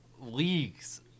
league's